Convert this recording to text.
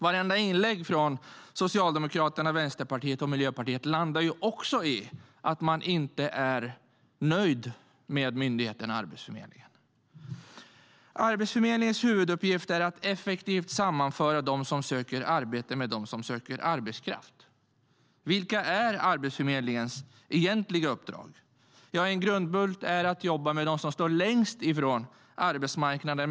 Vartenda inlägg från Socialdemokraterna, Vänsterpartiet och Miljöpartiet landar också i att de inte är nöjda med myndigheten Arbetsförmedlingen.Vilka är Arbetsförmedlingens egentliga uppdrag? En grundbult är att jobba med dem som står längst ifrån arbetsmarknaden.